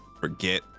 forget